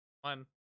One